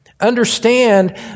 Understand